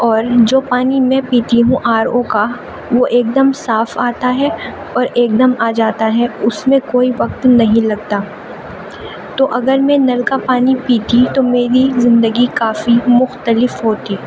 اور جو پانی میں پیتی ہوں آر او کا وہ ایک دم صاف آتا ہے اور ایک دم آ جاتا ہے اس میں کوئی وقت نہیں لگتا تو اگر میں نل کا پانی پیتی تو میری زندگی کافی مختلف ہوتی